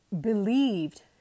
believed